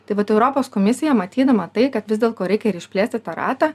taip pat europos komisija matydama tai kad vis dėl to reikia ir išplėsti tą ratą